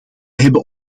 hebben